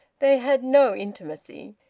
they had no intimacy.